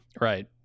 Right